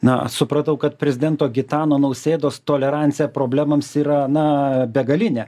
na supratau kad prezidento gitano nausėdos tolerancija problemoms yra na begalinė